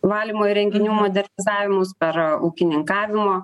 valymo įrenginių modernizavimus per ūkininkavimo